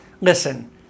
Listen